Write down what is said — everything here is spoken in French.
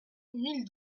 mille